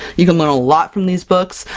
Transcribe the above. you can learn a lot from these books.